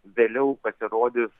vėliau pasirodys